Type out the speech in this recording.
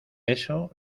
eso